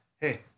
hey